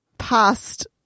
past